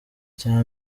icya